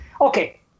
Okay